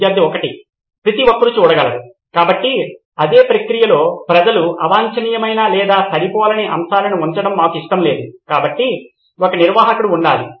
student 1 ప్రతి ఒక్కరూ చూడగలరు కాబట్టి అదే ప్రక్రియలో ప్రజలు అవాంఛనీయమైన లేదా సరిపోలని అంశాలను ఉంచడం మాకు ఇష్టం లేదు కాబట్టి ఒక నిర్వాహకుడు ఉండాలి